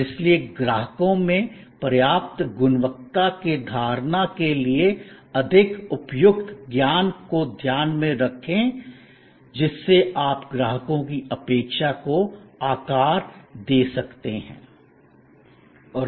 और इसलिए ग्राहकों में पर्याप्त गुणवत्ता की धारणा के लिए अधिक उपयुक्त ज्ञान को ध्यान में रखें जिससे आप ग्राहकों की अपेक्षा को आकार दे सकते हैं